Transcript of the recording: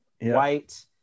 white